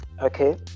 Okay